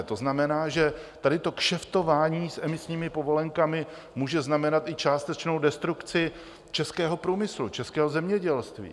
To znamená, že tady to kšeftování s emisními povolenkami může znamenat i částečnou destrukci českého průmyslu, českého zemědělství.